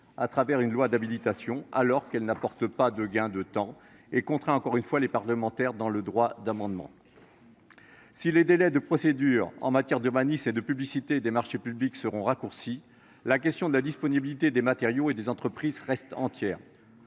à travers une loi d’habilitation, qui n’apporte pas de gain de temps et contraint encore une fois les parlementaires dans leur droit d’amendement. Si les délais de procédure en matière d’urbanisme et de publicité des marchés publics sont raccourcis, la question de la disponibilité des matériaux et des entreprises reste entière.